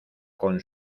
con